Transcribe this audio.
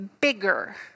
bigger